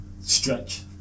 Stretch